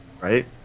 right